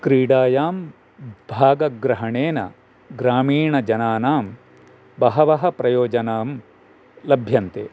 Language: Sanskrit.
क्रीडायां भागग्रहणेन ग्रामीणजनानां बहवः प्रयोजनं लभ्यन्ते